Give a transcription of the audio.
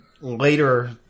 later